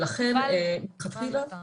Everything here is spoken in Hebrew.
לכן זה